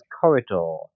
corridor